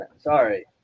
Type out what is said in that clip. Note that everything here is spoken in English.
sorry